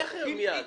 איך מייד?